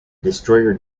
destroyer